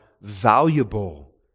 valuable